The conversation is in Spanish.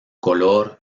color